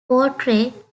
portray